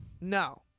No